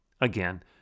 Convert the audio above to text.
Again